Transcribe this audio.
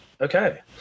Okay